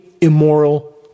immoral